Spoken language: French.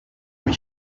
demi